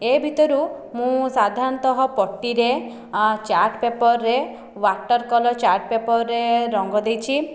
ଏହି ଭିତରୁ ମୁଁ ସାଧାରଣତଃ ପଟିରେ ଚାର୍ଟ ପେପରରେ ୱାଟର କଲର୍ ଚାର୍ଟ ପେପରରେ ରଙ୍ଗ ଦେଇଛି